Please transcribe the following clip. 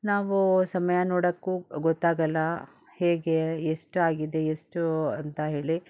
ನಾವು ಸಮಯ ನೋಡೋಕೂ ಗೊತ್ತಾಗಲ್ಲ ಹೇಗೆ ಎಷ್ಟು ಆಗಿದೆ ಎಷ್ಟು ಅಂತ ಹೇಳಿ